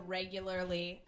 regularly